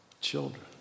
children